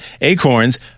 acorns